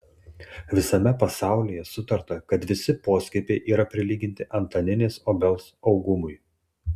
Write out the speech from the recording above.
visame pasaulyje sutarta kad visi poskiepiai yra prilyginti antaninės obels augumui